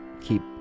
keep